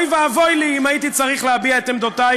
אוי ואבוי לי אם הייתי צריך להביע את עמדותייך,